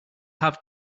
have